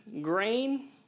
grain